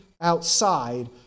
outside